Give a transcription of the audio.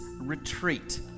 Retreat